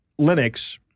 Linux